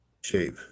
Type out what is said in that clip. shape